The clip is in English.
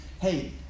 hey